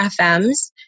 FMs